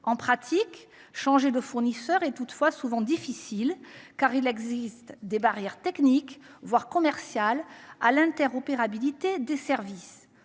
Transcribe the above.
toutefois, changer de fournisseur est souvent difficile, car il existe des barrières techniques, voire commerciales, à l’interopérabilité des services.